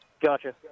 Gotcha